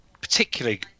particularly